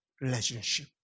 relationship